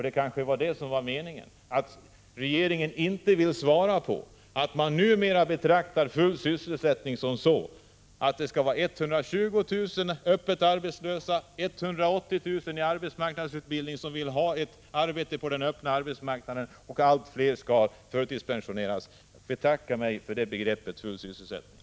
Det kanske var meningen, för regeringen vill inte svara på min fråga och säga att den numera betraktar full sysselsättning så att det skall finnas 120 000 öppet arbetslösa, 180 000 i arbetsmarknadsutbildning, vilka vill ha ett arbete på den öppna arbetsmarknaden, och allt fler förtidspensionärer. Jag betackar mig för den innebörden av begreppet full sysselsättning.